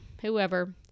whoever